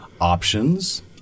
options